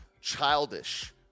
childish